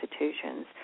institutions